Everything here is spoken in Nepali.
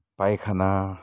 पाइखाना